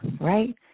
right